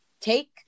take